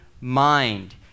mind